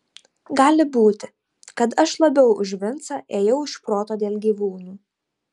gali būti kad aš labiau už vincą ėjau iš proto dėl gyvūnų